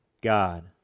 God